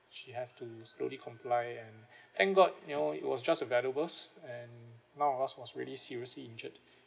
she have to slowly comply and thank god you know it was just a valuables and none of us was really seriously injured